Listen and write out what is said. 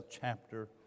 chapter